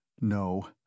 No